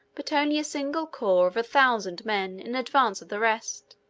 but only a single corps of a thousand men, in advance of the rest.